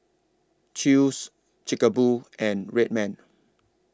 Chew's Chic A Boo and Red Man